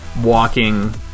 walking